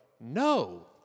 no